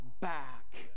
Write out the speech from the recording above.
back